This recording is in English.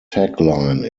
tagline